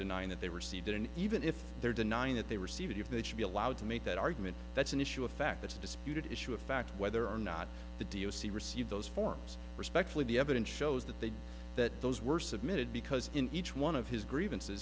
denying that they were seated and even if they're denying that they receive it if they should be allowed to make that argument that's an issue of fact that's disputed issue a fact whether or not the d o c received those forms respectfully the evidence shows that they did that those were submitted because in each one of his grievances